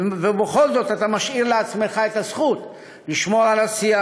ובכל זאת אתה משאיר לעצמך את הזכות לשמור על השיח,